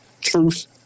truth